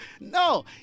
no